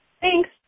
Thanks